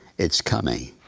it's coming.